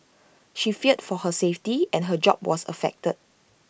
she feared for her safety and her job was affected